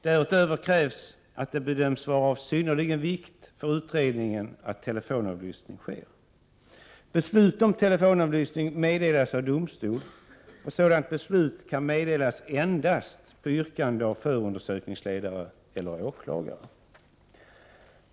Därutöver krävs att det bedöms vara av synnerlig vikt för utredningen att telefonavlyssning sker. Beslut om telefonavlyssning meddelas av domstol. Sådant beslut kan meddelas endast på yrkande av förundersökningsledare eller åklagare.